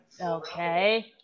okay